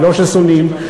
ולא ששונאים.